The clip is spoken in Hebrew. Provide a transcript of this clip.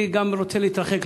אני גם רוצה להתרחק,